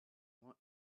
want